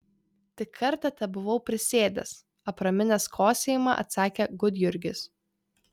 tik kartą tebuvau prisėdęs apraminęs kosėjimą atsakė gudjurgis